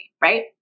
Right